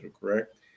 Correct